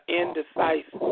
indecisive